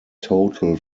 total